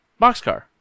boxcar